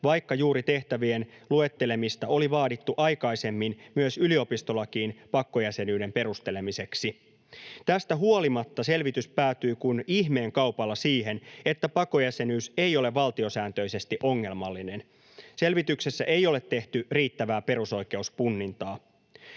vaikka juuri tehtävien luettelemista oli vaadittu aikaisemmin myös yliopistolakiin pakkojäsenyyden perustelemiseksi.” Tästä huolimatta selvitys päätyy kuin ihmeen kaupalla siihen, että pakkojäsenyys ei ole valtiosääntöisesti ongelmallinen. Selvityksessä ei ole tehty riittävää perusoikeuspunnintaa.